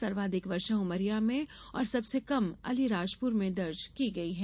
सर्वाधिक वर्षा उमरिया में और सबसे कम अलीराजपुर में दर्ज की गई है